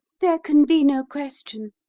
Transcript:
there can be no question,